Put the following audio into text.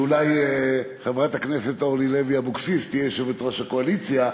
אולי חברת הכנסת אורלי לוי אבקסיס תהיה יושבת-ראש הקואליציה,